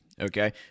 okay